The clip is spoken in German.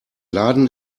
laden